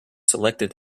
selected